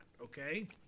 Okay